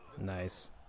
Nice